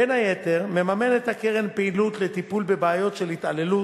בין היתר מממנת הקרן פעילות לטיפול בבעיות של התעללות,